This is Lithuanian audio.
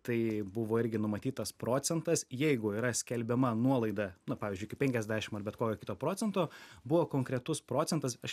tai buvo irgi numatytas procentas jeigu yra skelbiama nuolaida na pavyzdžiui iki penkiasdešimt ar bet kokio kito procento buvo konkretus procentas aš